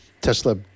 Tesla